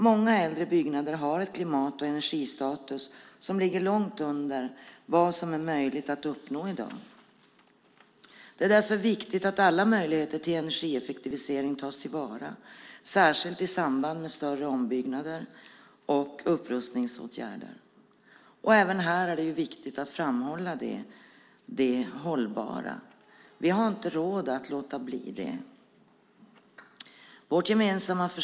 Många äldre byggnader har en klimat och energistatus som ligger långt under vad som är möjligt att uppnå i dag. Det är därför viktigt att alla möjligheter till energieffektivisering tas till vara, särskilt i samband med större ombyggnader och upprustningsåtgärder. Även här är det viktigt att framhålla det hållbara. Vi har inte råd att låta bli det.